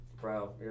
bro